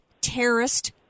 terrorist